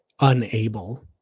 unable